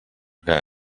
que